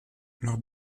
lors